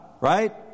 right